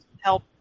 help